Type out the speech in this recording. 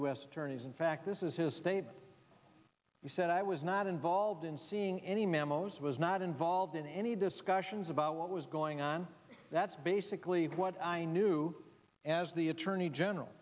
s attorneys in fact this is his statement he said i was not involved in seeing any memos was not involved in any discussions about what was going on that's basically what i knew as the attorney general